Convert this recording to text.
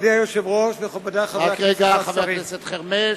מכובדי היושב-ראש, רק רגע, חבר הכנסת חרמש.